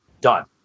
Done